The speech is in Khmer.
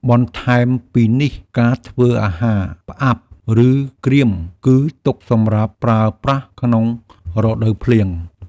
បន្ថែមពីនេះការធ្វើអាហារផ្អាប់ ឬក្រៀម គឺទុកសម្រាប់ប្រើប្រាស់ក្នុងរដូវភ្លៀង។